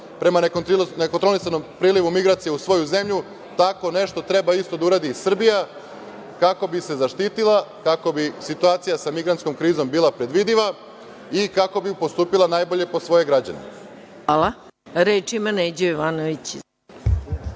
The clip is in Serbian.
prema nekontrolisanom prilivu migracija u svoju zemlju. Tako nešto treba da uradi i Srbija, kako bi se zaštitila, kako bi situacija sa migrantskom krizom bila predvidiva i kako bi postupila najbolje po svoje građane. **Maja Gojković** Hvala. Reč ima Neđo Jovanović.